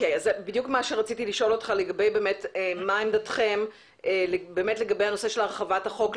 בדיוק מה שרציתי לשאול אותך לגבי מה עמדתכם לגבי הנושא של הרחבת החוק,